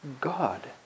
God